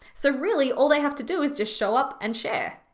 so really all they have to do is just show up and share.